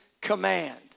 command